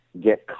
get